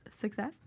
success